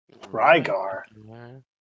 Rygar